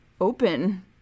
open